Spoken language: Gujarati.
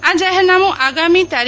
આ જાહેરનામું આગામી તા